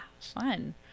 fun